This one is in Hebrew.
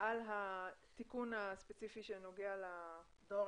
התיקון הספציפי שנוגע לדואר